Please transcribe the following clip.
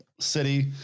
city